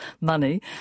money